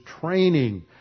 training